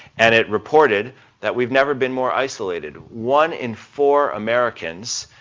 and it reported that we've never been more isolated. one in four americans,